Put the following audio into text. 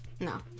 No